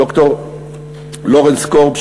ד"ר לורנס קורב,